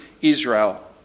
Israel